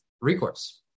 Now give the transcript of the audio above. recourse